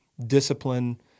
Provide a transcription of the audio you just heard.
discipline